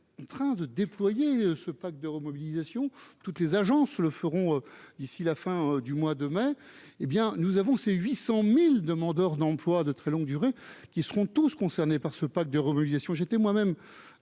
en train de déployer ce pacte de remobilisation toutes les agences le feront d'ici la fin du mois de mai, et bien nous avons, c'est 800000 demandeurs d'emplois de très longue durée, qui seront tous concernés par ce pacte de remobilisation j'étais moi-même